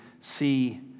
see